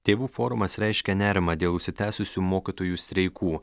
tėvų forumas reiškia nerimą dėl užsitęsusių mokytojų streikų